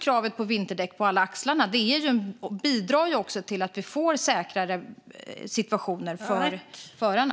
Kravet på vinterdäck på alla axlar bidrar också till att vi får säkrare situationer för förarna.